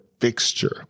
fixture